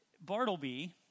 Bartleby